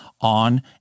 on